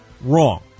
wrong